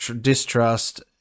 distrust